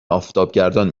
آفتابگردان